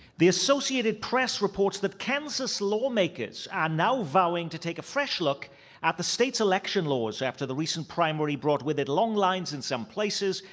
the associated press reports that kansas lawmakers are and now vowing to take a fresh look at the state's election laws after the recent primary brought with it long lines in some places,